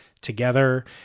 together